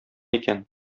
икән